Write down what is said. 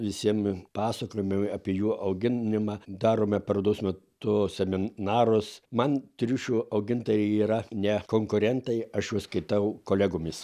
visiem pasakojome apie jų auginimą darome parodos metu seminarus man triušių augintojai yra ne konkurentai aš juos skaitau kolegomis